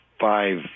five